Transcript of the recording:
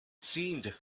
seemed